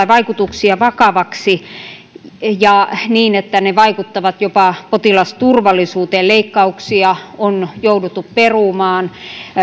vaikutuksia vakaviksi niin että ne vaikuttavat jopa potilasturvallisuuteen leikkauksia on jouduttu perumaan